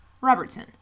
Robertson